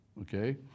okay